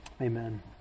amen